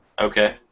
Okay